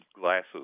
glasses